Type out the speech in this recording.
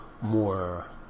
more